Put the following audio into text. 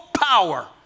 power